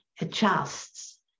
adjusts